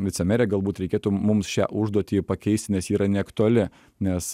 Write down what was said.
vicemere galbūt reikėtų mums šią užduotį pakeisti nes ji yra neaktuali nes